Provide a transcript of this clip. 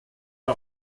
l’a